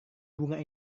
bunga